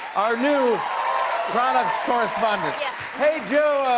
our new products correspondent. yeah hey, jo,